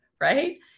right